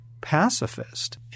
pacifist